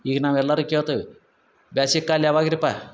ಈಗ ನಾವು ಎಲ್ಲಾರೂ ಕೇಳ್ತೇವೆ ಬ್ಯಾಸ್ಕಿಕಾಲ ಯಾವಾಗ ರೀ ಅಪ್ಪ